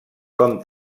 com